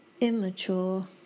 immature